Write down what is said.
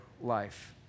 life